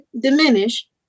diminish